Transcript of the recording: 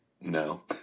No